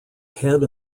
head